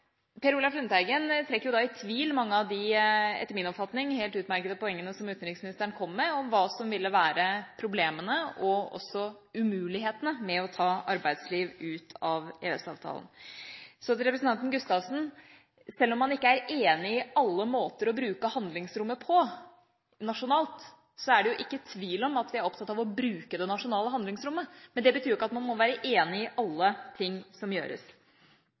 Per Olaf Lundteigen trekker i tvil mange av de – etter min oppfatning – helt utmerkede poengene som utenriksministeren kom med om hva som ville være problemene og også umulighetene med å ta arbeidsliv ut av EØS-avtalen. Til representanten Gustavsen: Selv om man ikke er enig i alle måter å bruke handlingsrommet på nasjonalt, er det ikke tvil om at vi er opptatt av å bruke det nasjonale handlingsrommet, men det betyr ikke at man må være enig i alle ting som gjøres.